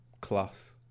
class